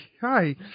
Hi